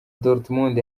dortmund